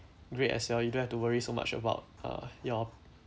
great as well you don't have to worry so much about uh your